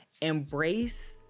Embrace